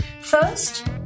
First